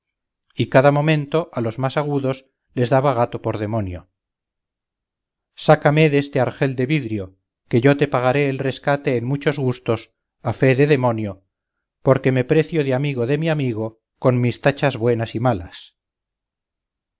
y cada momento a los más agudos les daba gato por demonio sácame deste argel de vidro que yo te pagaré el rescate en muchos gustos a fe de demonio porque me precio de amigo de mi amigo con mis tachas buenas y malas